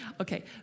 Okay